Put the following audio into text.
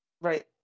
Right